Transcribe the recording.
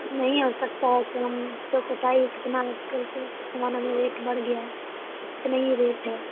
نہیں ہو سکتا ہے کم کیونکہ کتنا آج کل کے زمانہ میں ریٹ بڑھ گیا ہے کتنے ہی ریٹ ہے